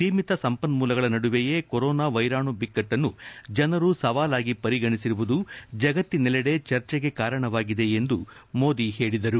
ಸೀಮಿತ ಸಂಪನ್ಮೂಲಗಳ ನಡುವೆಯೇ ಕೊರೋನಾ ವೈರಾಣು ಬಿಕ್ಕಟ್ಟನ್ನು ಜನರು ಸವಾಲಾಗಿ ಪರಿಗಣಿಸಿರುವುದು ಜಗತ್ತಿನೆಲ್ಲಡೆ ಚರ್ಚೆಗೆ ಕಾರಣವಾಗಿದೆ ಎಂದು ಮೋದಿ ಹೇಳಿದ್ದಾರೆ